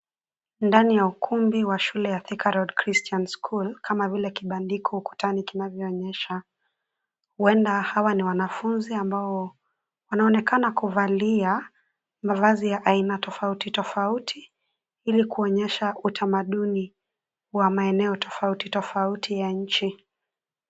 Ndani ya ukumbi wa shule ya Thika road christian school kama vile kibandiko ukutani kinavyoonyesha, huenda hawa ni wanafunzi ambao wanaonekana kuvalia mavazi ya aina tofauti tofauti ili kuonyesha utamaduni wa maeneo tofauti tofauti ya nchi.